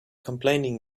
complaining